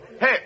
Hey